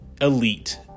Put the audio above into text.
elite